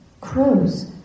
crows